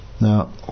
now